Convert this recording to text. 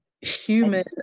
human